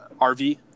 RV